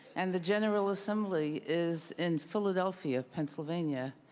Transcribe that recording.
and the general assembly is in philadelphia, pennsylvania.